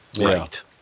right